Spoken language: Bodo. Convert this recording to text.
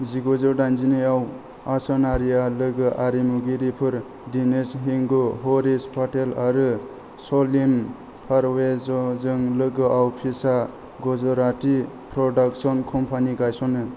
जिगुजौ दाइनजिनैआव आसरानीआ लोगो आरिमुगिरिफोर दिनेश हिंगु हरीश पटेल आरो सलीम परवेजजों लोगोआव फिसा गुजराती प्रदाक्सन कम्पानी गायसनो